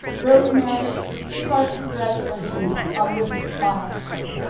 rosemary, receive our congratulations on this milestone.